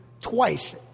twice